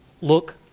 look